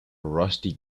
rusty